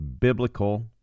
biblical